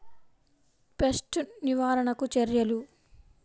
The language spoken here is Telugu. పెస్ట్ నివారణకు చర్యలు?